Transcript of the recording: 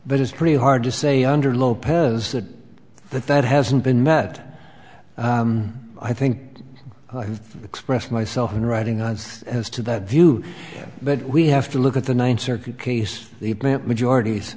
but it's pretty hard to say under lopez that the threat hasn't been met i think express myself in writing us as to that view but we have to look at the ninth circuit case the majority's